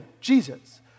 Jesus